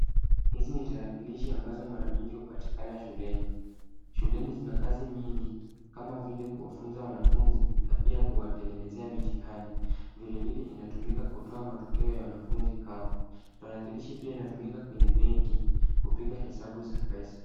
Hizi ni tarakilishi ambazo mara nyingi hupatikana shuleni. Shuleni zina kazi nyingi kama vile kuwafunza wanafunzi na pia kuwatengenezea mitihani. Vilevile inatumika kutoa matokea ya wanafunzi hao. Tarakilishi pia inatumika kwenye benki, kupiga hesabu za pesa.